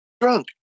drunk